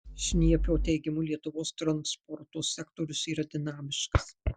šniepio teigimu lietuvos transporto sektorius yra dinamiškas